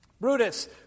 Brutus